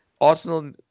Arsenal